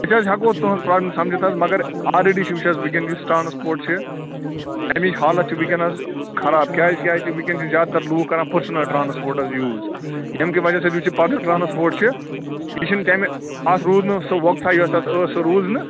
أسۍ حظ ہٮ۪کو تُہٕنٛز پرٛابلِم سَمجِتھ حظ مگر آلریڈی چھِ وُچھ حظ وُنکٮ۪ن یُس ٹرٛانَسپوٹ چھِ اَمِچ حالت چھِ وُنکٮ۪ن حظ خراب کیٛازِ کیٛازِ وُنکٮ۪ن چھِ زیادٕ تَر لوٗکھ کَران پٔرسٕنَل ٹرٛانَسپورٹ حظ یوٗز ییٚمہِ کہِ وجہ سۭتۍ یُس یہِ پَبلِک ٹرٛانَسپورٹ چھُ یہِ چھُنہٕ تَمہِ اَتھ روٗد نہٕ سُہ وُقتاہ یۄس اَتھ ٲس سُہ روٗز نہٕ